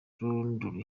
londres